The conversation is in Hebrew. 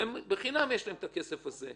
ולהם בחינם יש הכסף הזה.